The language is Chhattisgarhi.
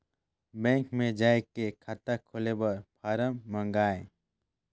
बैंक मे जाय के खाता खोले बर फारम मंगाय?